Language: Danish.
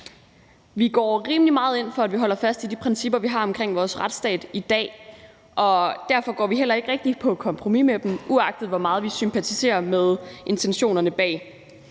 Vi går rimelig meget ind for, at vi holder fast i de principper, vi har omkring vores retsstat i dag, og derfor går vi heller ikke rigtig på kompromis med dem, uagtet hvor meget vi sympatiserer med intentionerne bag.